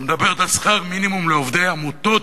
שמדברת על שכר מינימום לעובדי עמותות,